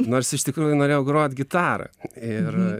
nors iš tikrųjų norėjau grot gitara ir